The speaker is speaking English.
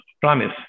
promise